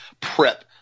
prep